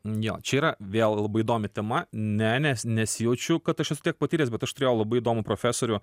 jo čia yra vėl labai įdomi temane nes nesijaučiu kad aš esu tiek patyręs bet aš turėjau labai įdomų profesorių